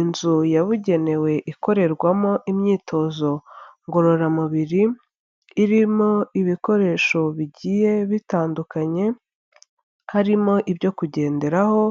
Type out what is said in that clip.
Inzu yabugenewe ikorerwamo imyitozo ngororamubiri irimo ibikoresho bigiye bitandukanye harimo ibyo kugenderaho,